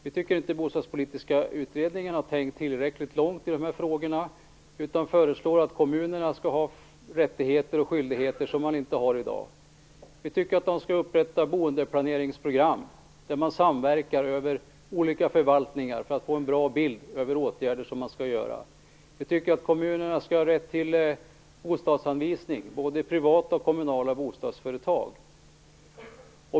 Vi tycker inte att den bostadspolitiska utredningen har tänkt tillräckligt långt i de här frågorna, utan vi föreslår att kommunerna skall få rättigheter och skyldigheter som de inte har i dag. Vi tycker att de skall upprätta boendeplaneringsprogram där olika förvaltningar samverkar för att få en bra bild när det gäller de åtgärder som skall vidtas. Vi tycker att kommunerna skall ha rätt till bostadsanvisning - både privata och kommunala bostadsföretag.